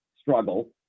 struggle